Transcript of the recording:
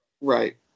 Right